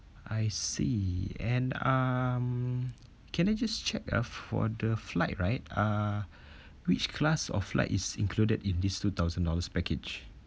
I see and um can I just check uh for the flight right uh which class of flight is included in this two thousand dollars package